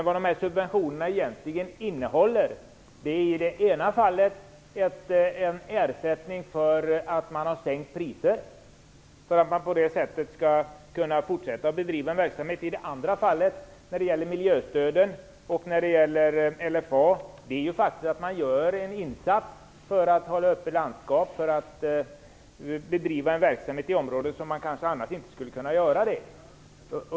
Vad subventionerna egentligen innehåller är i det ena fallet en ersättning för en prissänkning, för att det skall vara möjligt att fortsätta bedriva verksamhet, i det andra fallet, vad gäller miljöstöden och LFA, är det fråga om en insats för att man skall kunna hålla landskap öppna, en verksamhet som man kanske annars inte skulle kunna bedriva.